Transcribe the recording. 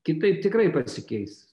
kitaip tikrai pasikeis